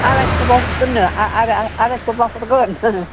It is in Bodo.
आरायस'बा हरगोन नो आरायस'बा हरगोन